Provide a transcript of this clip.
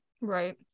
right